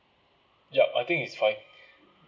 yup I think it's fine